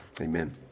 Amen